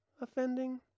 offending